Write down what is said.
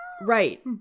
Right